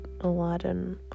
Aladdin